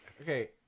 okay